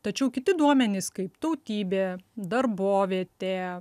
tačiau kiti duomenys kaip tautybė darbovietė